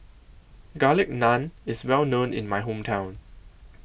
Garlic Naan IS Well known in My Hometown